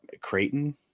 Creighton